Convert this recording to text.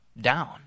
down